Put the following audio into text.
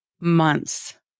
months